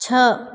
छः